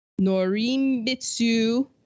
Norimitsu